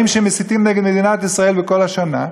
שמסיתים נגד מדינת ישראל בכל השנה,